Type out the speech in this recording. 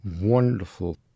wonderful